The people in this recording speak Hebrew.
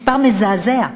מספר מזעזע,